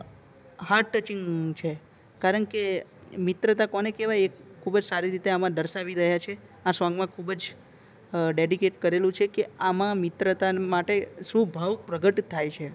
heart-touching છે કારણકે મિત્રતા કોને કહેવાય એક ખૂબ જ સારી રીતે આમાં દર્શાવી રહ્યા છે આ સોંગ માં ખૂબ જ ડેડિકેટ કરેલું છે કે આમાં મિત્રતા માટે શું ભાવ પ્રગટ થાય છે